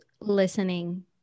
listening